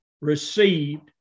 received